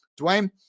Dwayne